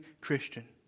Christian